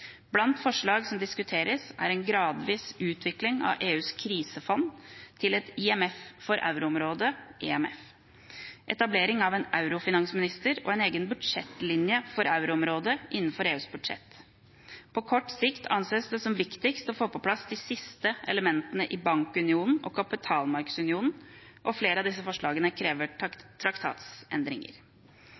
Blant forslag som diskuteres, er en gradvis utvikling av EUs krisefond til et IMF for euroområdet, EMF, etablering av en eurofinansminister og en egen budsjettlinje for euroområdet innenfor EUs budsjett. På kort sikt anses det som viktigst å få på plass de siste elementene i bankunionen og kapitalmarkedsunionen, og flere av disse forslagene